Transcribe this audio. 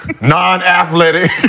Non-athletic